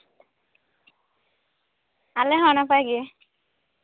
ᱟᱞᱮ ᱦᱚᱸ ᱱᱟᱯᱟᱭ ᱜᱮ